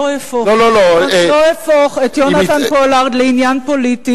לא אהפוך את יונתן פולארד לעניין פוליטי.